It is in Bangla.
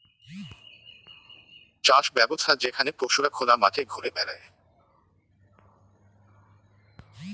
চাষ ব্যবছ্থা যেখানে পশুরা খোলা মাঠে ঘুরে বেড়ায়